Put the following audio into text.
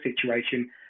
situation